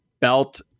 Belt